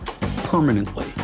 Permanently